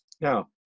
Now